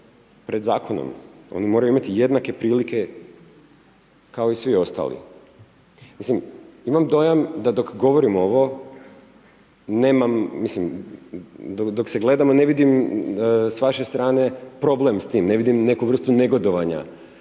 pred zakonom. Oni moraju imati jednake prilike kao i svi ostali. Mislim, imam dojam da dok govorim ovo nemam, mislim dok se gledamo ne vidim s vaše strane problem s tim, ne vidim neku vrstu negodovanja.